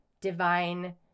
divine